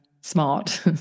smart